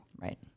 Right